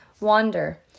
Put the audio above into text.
Wander